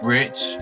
Rich